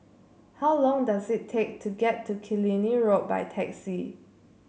how long does it take to get to Killiney Road by taxi